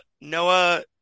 Noah